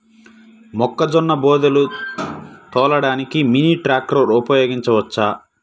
మొక్కజొన్న బోదెలు తోలడానికి మినీ ట్రాక్టర్ ఉపయోగించవచ్చా?